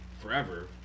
forever